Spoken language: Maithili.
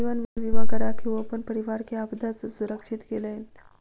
जीवन बीमा कराके ओ अपन परिवार के आपदा सॅ सुरक्षित केलैन